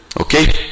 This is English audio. okay